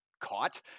caught